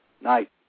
Night